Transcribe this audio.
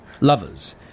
lovers